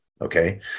Okay